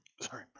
Sorry